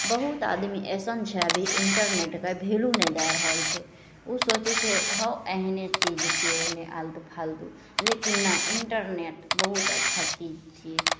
बहुत आदमी अइसन छै अभी इन्टरनेटके वैल्यू नहि दै रहल छै ओ सोचै छै हउ एहने चीज छिए एहने आलतू फालतू लेकिन नहि इन्टरनेट बहुत अच्छा चीज छिए